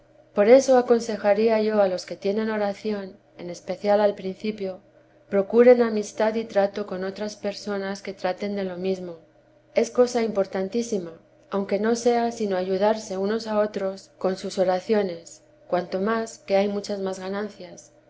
por eso aconsejaría yo a ios que tienen oración en especial al principio procuren amistad y trato con otras personas que traten de lo mesmo es cosa importantísima aunque no sea sino ayudarse unos a otros con vida r r i santa madre sus oraciones cuanto más que hay muchas más ganancias